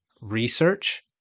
research